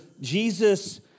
Jesus